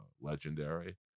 legendary